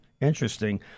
interesting